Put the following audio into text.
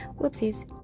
Whoopsies